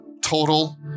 total